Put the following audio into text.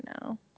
now